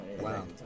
Wow